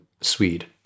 Swede